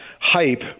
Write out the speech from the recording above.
hype